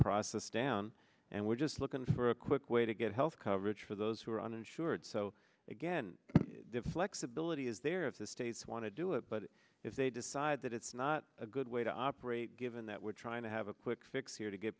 process down and we're just looking for a quick way to get health coverage for those who are uninsured so again the flexibility is there if the states want to do it but if they decide that it's not a good way to operate given that we're trying to have a quick fix here to g